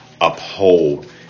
uphold